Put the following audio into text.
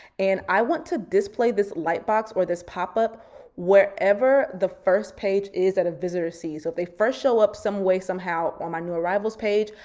and i want to display this lightbox or this pop-up wherever the first page is that a visitor sees. so if they first show up some way, somehow on my new arrivals page,